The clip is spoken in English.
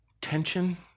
tension